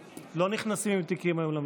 אומרים?